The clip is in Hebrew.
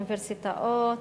אוניברסיטאות,